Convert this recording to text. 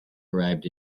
arrived